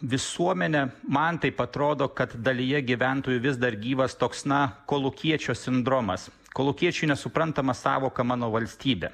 visuomenę man taip atrodo kad dalyje gyventojų vis dar gyvas toks na kolūkiečio sindromas kolūkiečiui nesuprantama sąvoka mano valstybė